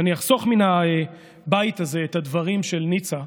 אני אחסוך מהבית הזה את הדברים של ניצה.